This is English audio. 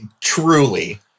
truly